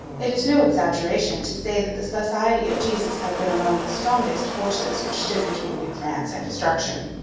it is no exaggeration to say that the society of jesus had been among the strongest forces which stood between new france and destruction.